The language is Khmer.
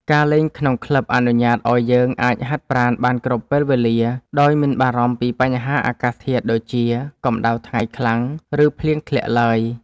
ការលេងក្នុងក្លឹបអនុញ្ញាតឱ្យយើងអាចហាត់បានគ្រប់ពេលវេលា ដោយមិនបារម្ភពីបញ្ហាអាកាសធាតុដូចជា កម្ដៅថ្ងៃខ្លាំង ឬភ្លៀងធ្លាក់ឡើយ។